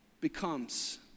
becomes